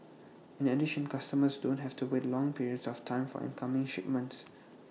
in addition customers don't have to wait long periods of time for incoming shipments